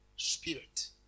Spirit